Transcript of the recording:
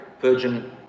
Virgin